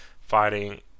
fighting